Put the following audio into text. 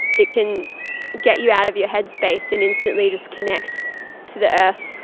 it can get you out of your head space and instantly just connect to the earth.